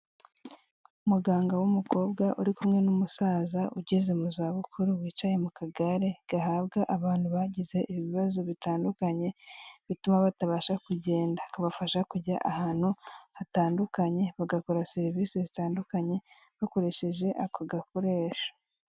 Muganga w'umukobwa uri kumwe n'umusaza ugeze mu za bukuru, wicaye mu kagare gahabwa abantu bagize ibibazo bitandukanye bituma batabasha kugenda kabafasha kujya ahantu hatandukanye bagakora serivise zitandukanye bakoresheje ako gakoresho.